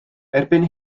erbyn